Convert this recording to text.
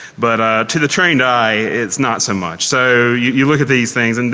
but to the trained eye it is not so much. so you look at these things. and